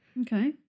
Okay